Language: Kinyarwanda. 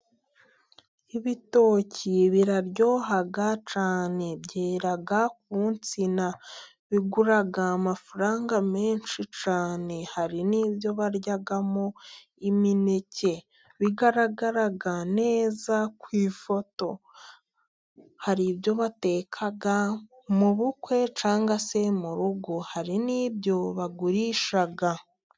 Ibitoki biraryoha cyane, byera ku nsina, bigura amafaranga menshi cyane, hari n'ibyo baryamo imineke, bigaragara neza ku ifoto. Hari ibyo bateka mu bukwe cyangwa se mu rugo, hari n'ibyo bagurisha.